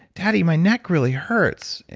daddy, my neck really hurts.